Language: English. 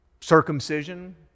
circumcision